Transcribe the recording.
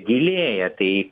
gilėja tai